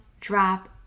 drop